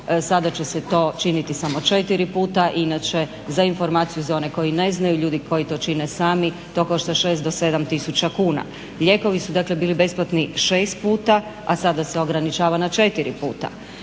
sada će se to činiti samo 4 puta. Inače za informaciju za one koji ne znaju ljudi koji to čine sami to košta 6 do 7 tisuća kuna. Lijekovi su dakle bili besplatni 6 puta, a sada se ograničavaju na 4 puta.